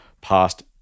past